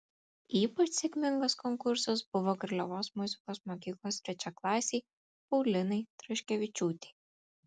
ypač sėkmingas konkursas buvo garliavos muzikos mokyklos trečiaklasei paulinai traškevičiūtei